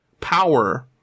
power